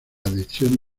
adhesión